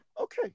okay